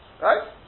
right